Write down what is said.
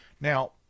Now